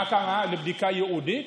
מה הכוונה בבדיקה ייעודית?